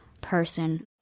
person